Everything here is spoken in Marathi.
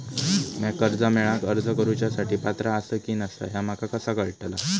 म्या कर्जा मेळाक अर्ज करुच्या साठी पात्र आसा की नसा ह्या माका कसा कळतल?